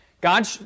God